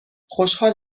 خوشحال